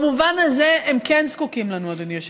במובן הזה הם כן זקוקים לנו, אדוני היושב-ראש.